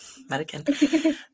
medicin